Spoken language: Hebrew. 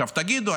עכשיו תגידו,